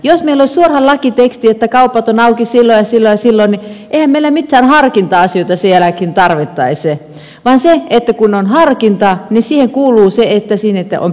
jos meillä olisi suoraan lakiteksti että kaupat ovat auki silloin ja silloin ja silloin niin eihän meillä mitään harkinta asioita sen jälkeen tarvittaisi vaan kun on harkinta niin siihen kuuluu se että siinä on perustelut